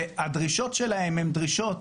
והדרישות שלהם הם דרישות,